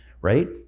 right